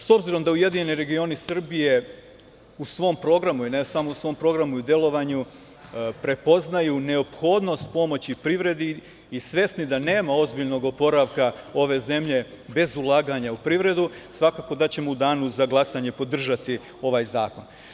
S obzirom da URS u svom programu, i ne samo u svom programu, i u delovanju prepoznaju neophodnost pomoći privredi i svesni da nema ozbiljnog oporavka ove zemlje bez ulaganja u privredu, svako da ćemo u danu za glasanje podržati ovaj zakon.